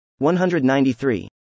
193